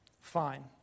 fine